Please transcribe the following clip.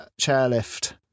chairlift